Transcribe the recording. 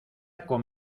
con